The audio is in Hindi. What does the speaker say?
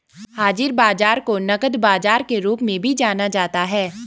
हाज़िर बाजार को नकद बाजार के रूप में भी जाना जाता है